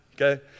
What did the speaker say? Okay